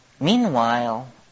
meanwhile